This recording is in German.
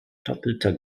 doppelter